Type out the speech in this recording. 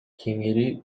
кеңири